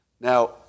Now